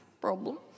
Problem